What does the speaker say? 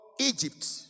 Egypt